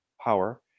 power